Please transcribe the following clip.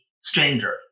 stranger